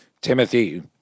Timothy